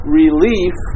relief